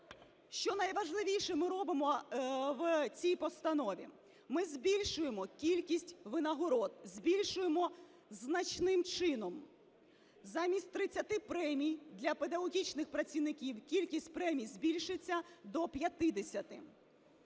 Що найважливіше ми робимо в цій постанові? Ми збільшуємо кількість винагород, збільшуємо значним чином: замість 30 премій для педагогічних працівників кількість премій збільшиться до 50.